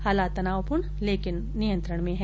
हालात तनावपूर्ण लेकिन नियंत्रण में है